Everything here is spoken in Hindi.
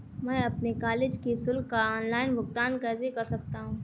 मैं अपने कॉलेज की शुल्क का ऑनलाइन भुगतान कैसे कर सकता हूँ?